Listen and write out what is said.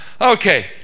Okay